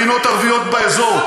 מדינות ערביות באזור.